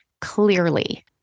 clearly